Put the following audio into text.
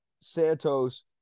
Santos